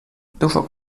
dużo